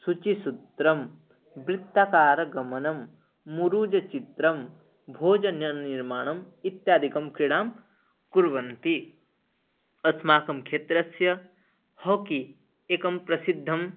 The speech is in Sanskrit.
सुचिसूत्रं वृत्तकारगमनं मुरुजचित्रं भोजन्यनिर्माणम् इत्यादिकं क्रीडां कुर्वन्ति अस्माकं क्षेत्रस्य हाकि एकं प्रसिद्धम्